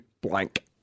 blank